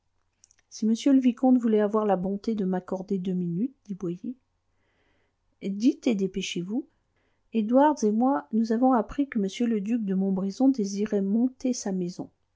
si monsieur le vicomte voulait avoir la bonté de m'accorder deux minutes dit boyer dites et dépêchez-vous edwards et moi nous avons appris que m le duc de montbrison désirait monter sa maison